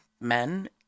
men